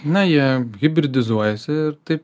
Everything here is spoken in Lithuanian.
na jie hibridizuojasi ir taip